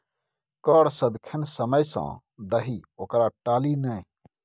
कर सदिखन समय सँ दही ओकरा टाली नै